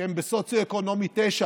שהם בסוציו-אקונומי 9,